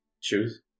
Choose